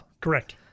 Correct